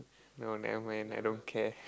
no never mind I don't care